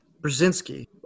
Brzezinski